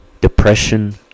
depression